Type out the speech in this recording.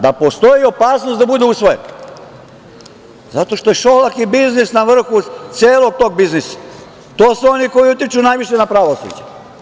Kaže da postoji opasnost da bude usvojen, zato što je Šolak i biznis na vrhu celog tog biznisa i to su oni koji utiču najviše na pravosuđe.